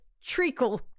treacle